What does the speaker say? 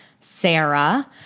Sarah